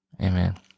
Amen